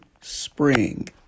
spring